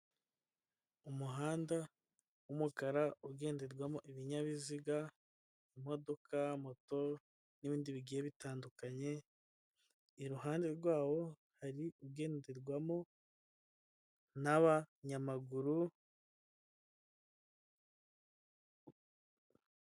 Umuhanda w'umukara ugenderwamo ibinyabiziga imodoka moto n'ibindi bigiye bitandukanye, iruhande rwawo hari ugenderwamo n'abanyamaguru.